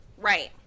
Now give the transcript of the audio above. Right